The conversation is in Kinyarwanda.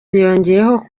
yongeyeho